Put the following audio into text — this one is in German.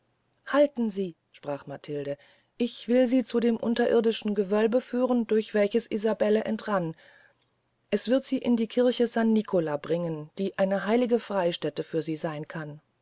halten sie sprach matilde ich will sie zu dem unterirrdischen gewölbe führen durch welches isabelle entrann es wird sie in die kirche san nicola bringen die eine heilige freystäte für sie seyn kann